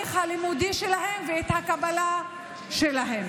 התהליך הלימודי שלהם ואת הקבלה שלהם.